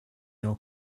your